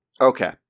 Okay